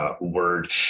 Word